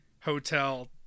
Hotel